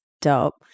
dope